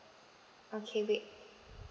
okay wait